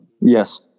Yes